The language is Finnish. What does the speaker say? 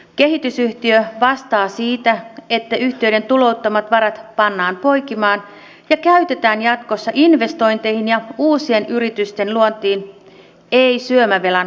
kehitysyhtiö vastaa siitä että yhtiöiden tulouttamat varat pannaan poikimaan ja käytetään jatkossa investointeihin ja uusien yritysten luontiin ei syömävelan kattamiseen